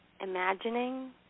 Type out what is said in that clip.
imagining